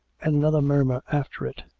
and another murmur after it.